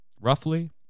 roughly